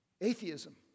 Atheism